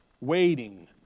Waiting